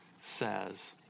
says